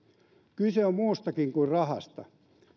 kyse on muustakin kuin rahasta